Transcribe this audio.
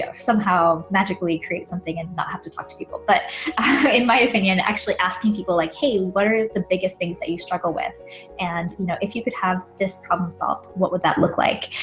somehow magically create something and not have to talk to people but in my opinion actually asking people like hey what are the biggest things that you struggle with and you know if you could have this problem solved what would that looked like?